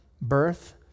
birth